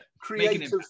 Creative